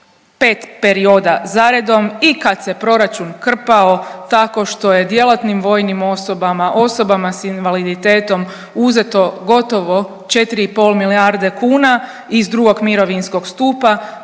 5 perioda zaredom i kad se proračun krpao tako što je djelatnim vojnim osobama, osobama s invaliditetom uzeto gotovo 4,5 milijarde kuna iz drugog mirovinskog stupa,